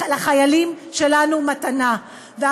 לתת לחיילים שלנו מתנה.